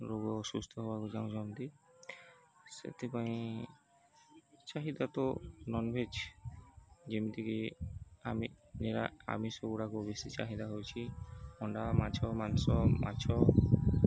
ରୋଗ ସୁସ୍ଥ ହବାକୁ ଚାହୁଁଛନ୍ତି ସେଥିପାଇଁ ଚାହିଦା ତ ନନଭେଜ୍ ଯେମିତିକି ଆମିଷଗୁଡ଼ାକ ବେଶୀ ଚାହିଦା ହେଉଛି ଅଣ୍ଡା ମାଛ ମାଂସ ମାଛ